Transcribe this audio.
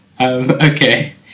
Okay